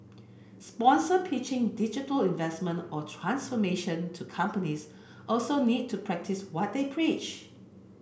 sponsor pitching digital investment or transformation to companies also need to practice what they preach